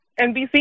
NBC